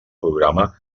programa